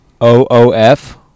O-O-F